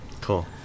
cool